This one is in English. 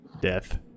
death